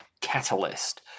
catalyst